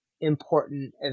important